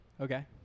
Okay